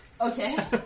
Okay